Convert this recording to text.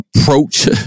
approach